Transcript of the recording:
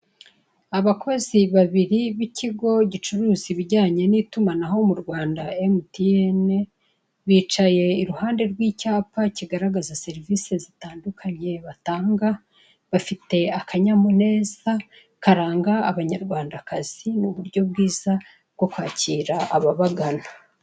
Abakozi babiri b'ikigo gicuruza ibijyanye n'itumanaho mu Rwanda emutiyene, bicaye iruhande rw'icyapa kigaragaraza serivise batanga, bafite akanyamuneza karanga abanyarwandakazi nk'uburyo bwiza bwo kwakira ababagana.